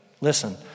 Listen